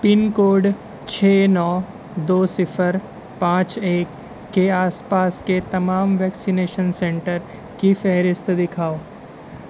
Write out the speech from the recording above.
پن code چھ نو دو صفر پانچ ایک کے آس پاس کے تمام ویکسینیشن سینٹر کی فہرست دکھاؤ